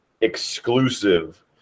exclusive